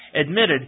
admitted